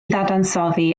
ddadansoddi